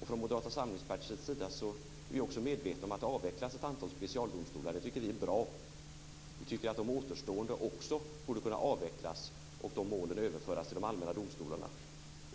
Från Moderata samlingspartiets sida är vi också medvetna om att det avvecklas ett antal specialdomstolar. Det tycker vi är bra. Vi tycker att de återstående också borde kunna avvecklas och deras mål överföras till de allmänna domstolarna.